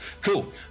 Cool